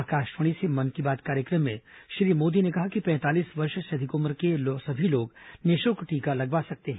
आकाशवाणी से मन की बात कार्यक्रम में श्री मोदी ने कहा कि पैंतालीस वर्ष से अधिक उम्र के सभी लोग निःशुल्क टीका लगवा सकते हैं